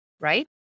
right